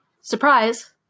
surprise